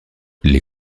les